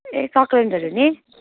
ए सक्कुलेन्टहरू नि